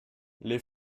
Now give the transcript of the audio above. les